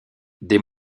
des